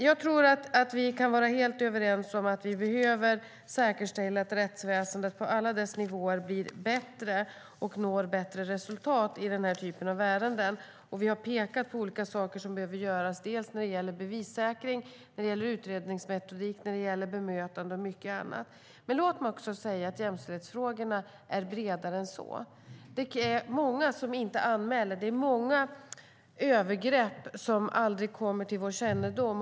Jag tror att vi kan vara helt överens om att man behöver säkerställa att rättsväsendet på alla dess nivåer blir bättre och når bättre resultat i den här typen av ärenden. Vi har pekat på olika saker som behöver göras dels när det gäller bevissäkring, dels när det gäller utredningsmetodik, dels när det gäller bemötande och mycket annat. Låt mig också säga att jämställdhetsfrågorna är bredare än så. Det är många som inte anmäler och många övergrepp som aldrig kommer till vår kännedom.